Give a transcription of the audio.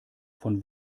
von